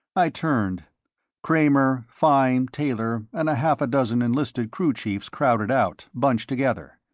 i turned kramer, fine, taylor, and a half a dozen enlisted crew chiefs crowded out, bunched together.